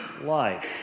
life